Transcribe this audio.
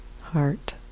heart